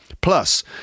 Plus